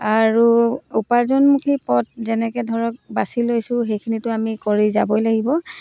আৰু উপাৰ্জনমুখী পথ যেনেকৈ ধৰক বাছি লৈছোঁ সেইখিনিতো আমি কৰি যাবই লাগিব